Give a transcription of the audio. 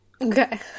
Okay